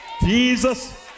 Jesus